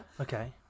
Okay